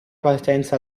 partenza